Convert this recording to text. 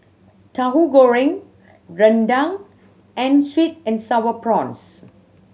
Tauhu Goreng rendang and sweet and Sour Prawns